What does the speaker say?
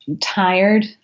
tired